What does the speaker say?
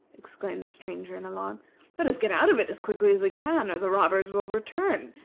exclaimed the stranger in alarm let us get out of it as quickly as we can, or the robbers will return,